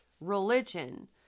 religion